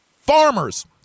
Farmers